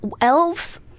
elves